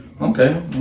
okay